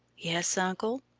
yes, uncle,